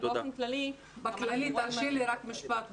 אבל באופן כללי --- תרשי לי רק משפט.